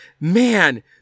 man